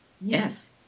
Yes